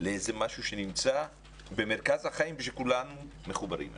לאיזה משהו שנמצא במרכז החיים ושכולם מחוברים אליו.